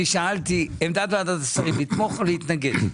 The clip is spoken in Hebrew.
אני שאלתי עמדת ועדת השרים לתמוך או להתנגד?